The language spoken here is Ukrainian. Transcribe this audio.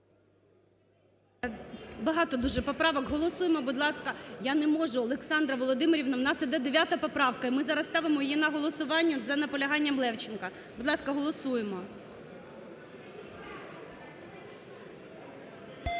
Багато дуже поправок. Голосуємо, будь ласка. (Шум у залі) Я не можу, Олександра Володимирівна! У нас іде 9 поправка, і ми зараз ставимо її на голосування за наполяганням Левченка. Будь ласка, голосуємо.